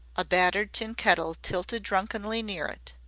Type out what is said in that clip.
a battered tin kettle tilted drunkenly near it.